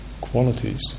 qualities